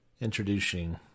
Introducing